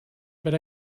but